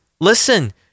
listen